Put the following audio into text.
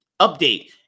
update